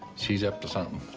she's up to something.